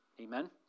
Amen